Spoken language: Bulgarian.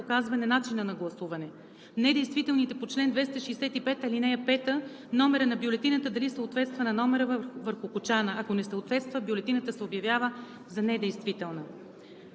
показване начина на гласуване. Недействителните по чл. 265, ал. 5 – номерът на бюлетината дали съответства на номера върху кочана, ако не съответства, бюлетината се обявява за недействителна.